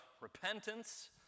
repentance